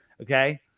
Okay